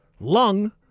Lung